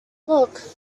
look